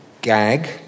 Gag